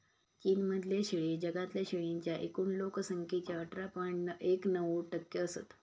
चीन मधले शेळे जगातल्या शेळींच्या एकूण लोक संख्येच्या अठरा पॉइंट एक नऊ टक्के असत